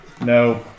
No